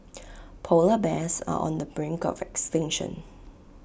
Polar Bears are on the brink of extinction